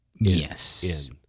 Yes